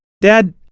Dad